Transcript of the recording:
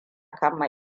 kama